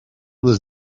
was